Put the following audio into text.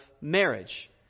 marriage